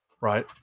Right